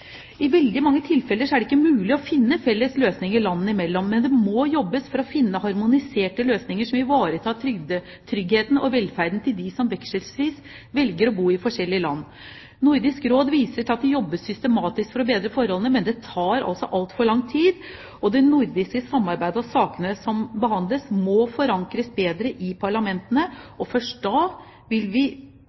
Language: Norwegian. I veldig mange tilfeller er det ikke mulig å finne felles løsninger landene imellom. Men det må jobbes for å finne harmoniserte løsninger som ivaretar tryggheten og velferden til dem som velger å bo vekselvis i forskjellige land. Nordisk Råd viser til at det jobbes systematisk for å bedre forholdene, men det tar altså altfor lang tid. Det nordiske samarbeidet og sakene som behandles, må forankres bedre i parlamentene. Først da vil